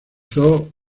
from